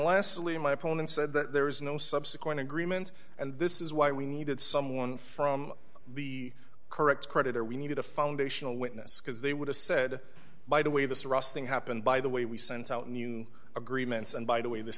lastly my opponent said that there is no subsequent agreement and this is why we needed someone from the correct credit or we needed a foundational witness because they would have said by the way this rusting happened by the way we sent out new agreements and by the way this